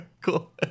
Cool